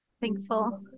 Thankful